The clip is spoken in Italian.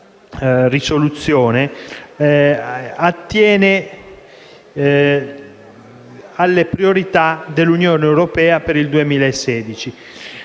risoluzione, essa attiene alle priorità dell'Unione europea per il 2016.